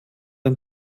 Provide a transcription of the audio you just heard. ein